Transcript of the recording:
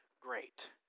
great